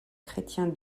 chrétien